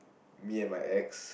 me and my ex